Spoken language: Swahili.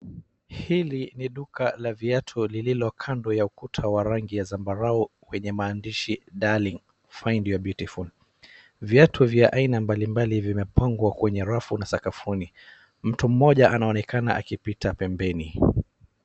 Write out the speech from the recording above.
Hili ni duka la viatu lililo kando ya ukuta wa rangi ya zambarau kwenye maandishi Darling find your beautiful . Viatu vya aina mbalimbali vimepangwa kwenye rafu na sakafuni. Mtu mmoja anaonekana akipita pembeni.